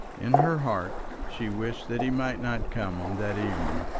in her heart she wished that he might not come on that evening.